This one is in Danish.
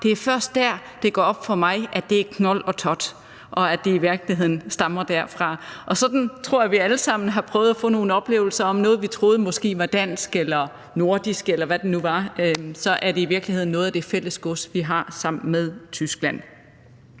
kommer fra – går op for mig, at det er Knold og Tot, og at de i virkeligheden stammer derfra. Sådan tror jeg vi alle sammen har prøvet at få nogle oplevelser af noget, vi troede måske var dansk eller nordisk, eller hvad det nu var, og så var det i virkeligheden noget af det fælles gods, vi har sammen med Tyskland.